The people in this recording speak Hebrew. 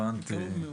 הבנתי.